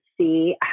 see